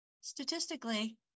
statistically